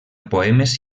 poemes